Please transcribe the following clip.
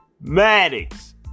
Maddox